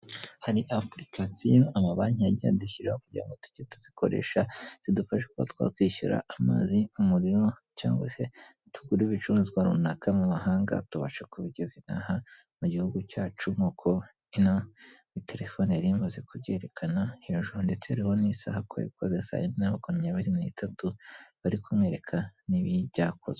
Hari apurikasiyo amabanki yagiye adushyiraho kugirango ngo tujye tuzikoresha zidufasha uko twakwishyura amazi, umuriro cyangwa se tugurare ibicuruzwa runaka mu mahanga tubashe kubigeza inaha mu gihugu cyacu. nk'uko ino telefone yari imaze kubyerekana hejuru ndetseho n'isaha twakoze saa yinre na makumyabiri n'itatu bari kumwereka n'ibi byakozwe.